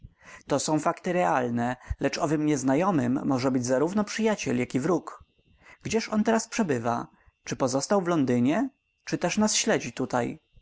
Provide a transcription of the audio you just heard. to są fakty realne lecz owym nieznajomym może być zarówno przyjaciel jak i wróg gdzież on teraz przebywa czy pozostał w londynie czy też nas śledzi tutaj